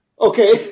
Okay